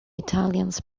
italians